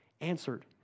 answered